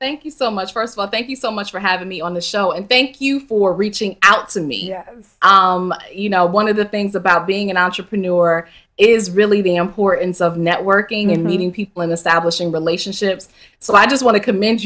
thank you so much first of all thank you so much for having me on the show and thank you for reaching out to me you know one of the things about being an entrepreneur is really being importance of networking and meeting people in the stablish in relationships so i just want to commend